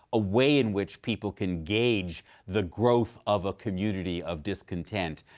a way in which people can gauge the growth of a community of discontent.